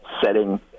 setting